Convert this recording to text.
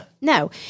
no